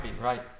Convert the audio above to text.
right